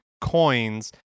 coins